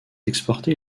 exportée